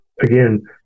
again